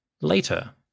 Later